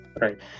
Right